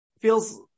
feels